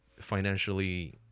financially